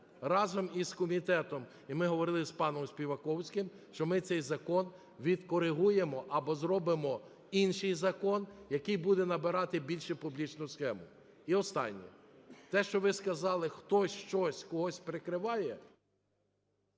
разом із комітетом, і ми говорили з паном Співаковським, що ми цей закон відкоригуємо або зробимо інший закон, який буде набирати більш публічну схему. І останнє. Те, що ви сказали, хтось щось, когось прикриває…